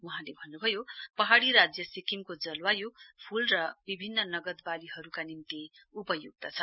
वहाँले भन्नुभयो पहाड़ी राज्य सिक्किमको जलवायु फूल र विभिन्न नगद वालीहरुका निम्ति उपयुक्त छ